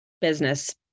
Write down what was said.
business